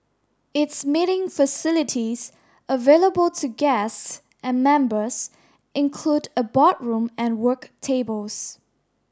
its meeting facilities available to guests and members include a boardroom and work tables